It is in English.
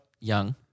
young-